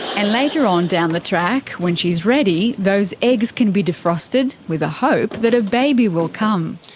and later on down the track, when she's ready, those eggs can be defrosted with the hope that a baby will come.